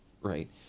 right